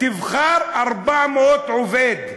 תבחר 400 עובדים